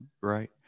Right